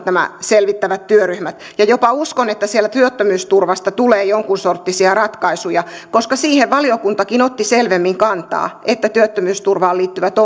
nämä selvittävät työryhmät ja jopa uskon että siellä työttömyysturvasta tulee jonkinsorttisia ratkaisuja koska siihen valiokuntakin otti selvemmin kantaa että työttömyysturvaan liittyvät